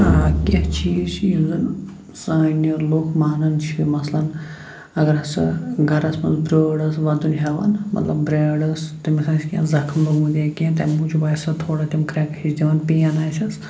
آ کینٛہہ چیٖز چھِ یِم زَن سانہِ لُکھ مانان چھِ مَثلاً اگر ہَسا گَرَس مَنٛز برٛٲر ٲس وَدُن ہٮ۪وان مَطلَب برٛٲر ٲس تٔمِس آسہِ کینٛہہ زخم لوٚگمُت یا کینٛہہ تَمہِ موٗجوٗب آسہِ سۄ تھوڑا تِم کرٛٮ۪کہٕ ہِش دِوان پین آسٮ۪س